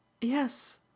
Yes